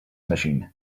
machine